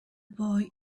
boy